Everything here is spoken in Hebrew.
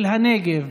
של הנגב,